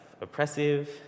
oppressive